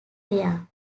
there